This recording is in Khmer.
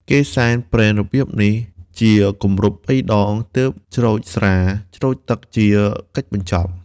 គេសែនព្រេនរបៀបនេះ ជាគម្រប់បីដង ទើបច្រូចស្រា ច្រូចទឹកជាកិច្ចបញ្ចប់។